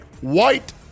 white